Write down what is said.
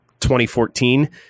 2014